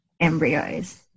embryos